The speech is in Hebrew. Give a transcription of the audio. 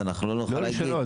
לא נוכל להגיד.